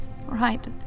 Right